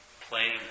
playing